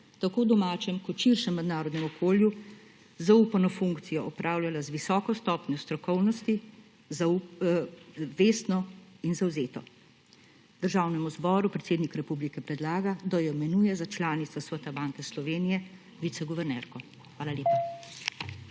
tako v domačen kot širšem mednarodnem okolju zaupano funkcijo opravljala z visoko stopnjo strokovnosti, vestno in zavzeto. Državnemu zboru predsednik republike predlaga, da jo imenuje za članico Sveta Banke Slovenije – viceguvernerko. Hvala lepa.